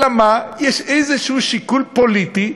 אלא מה, יש איזשהו שיקול פוליטי,